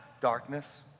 Darkness